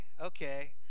okay